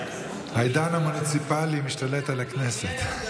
העידן המוניציפלי משתלט על הכנסת.